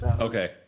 Okay